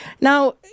Now